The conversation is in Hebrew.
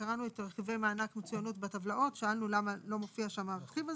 שנגיע אליו בהמשך,